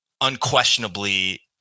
unquestionably